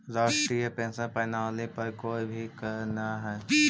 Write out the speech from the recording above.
राष्ट्रीय पेंशन प्रणाली पर कोई भी करऽ न हई